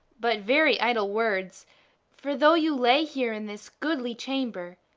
but very idle words for though you lay here in this goodly chamber,